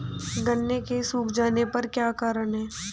गन्ने के सूख जाने का क्या कारण है?